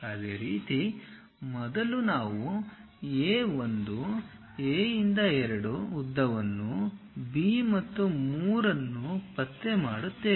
ಅದೇ ರೀತಿ ಮೊದಲು ನಾವು A 1 A 2 ಉದ್ದವನ್ನು B ಮತ್ತು 3 ಅನ್ನು ಪತ್ತೆ ಮಾಡುತ್ತೇವೆ